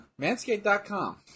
Manscaped.com